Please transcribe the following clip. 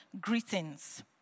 greetings